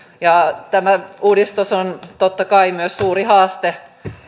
ja tämä uudistus on totta kai myös suuri haaste